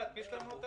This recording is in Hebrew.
נעביר לכם אותה.